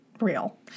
real